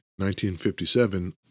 1957